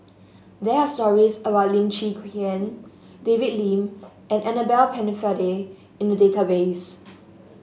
there are stories about Lim Chwee David Lim and Annabel Pennefather in the database